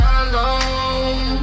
alone